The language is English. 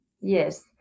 Yes